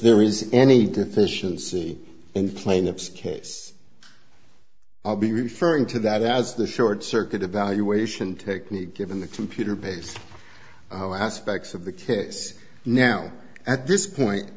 there is any deficiency in plaintiff's case i'll be referring to that as the short circuit evaluation technique given the computer based aspects of the case now at this point